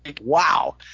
Wow